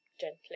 gently